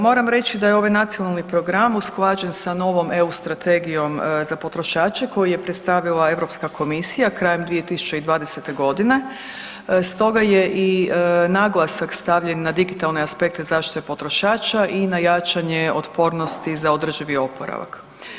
Moram reći da je ovaj nacionalni program usklađen sa novom EU strategijom za potrošače koji je predstavila Europska komisija krajem 2020.g., stoga je i naglasak stavljen na digitalne aspekte zaštite potrošača i na jačanje otpornosti za održivi oporavak.